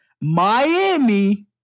Miami